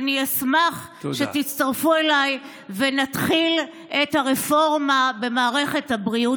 ואני אשמח שתצטרפו אליי ונתחיל את הרפורמה במערכת הבריאות